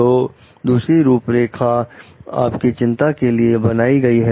तो दूसरी रूपरेखा आपकी चिंता के लिए बनाई गई है